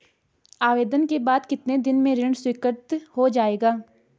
आवेदन के बाद कितने दिन में ऋण स्वीकृत हो जाएगा?